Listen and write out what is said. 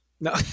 No